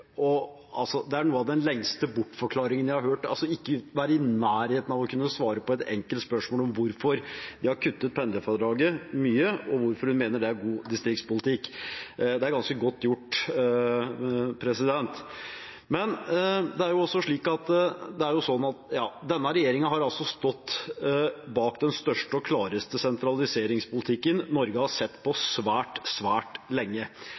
Det er en av de lengste bortforklaringene jeg har hørt, og er ikke i nærheten av å kunne svare på et enkelt spørsmål om hvorfor de har kuttet pendlerfradraget mye, og hvorfor hun mener det er god distriktspolitikk. Det er ganske godt gjort. Denne regjeringen har altså stått bak den største og klareste sentraliseringspolitikken Norge har sett på svært, svært lenge. Regjeringen har tvangssammenslått kommuner og fylker, den har fjernet skatteoppkreveren fra kommunene og sørget for at flyruter har